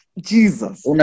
Jesus